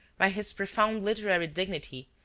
by his profound literary dignity,